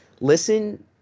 listen